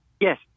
Yes